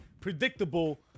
predictable